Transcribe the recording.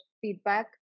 feedback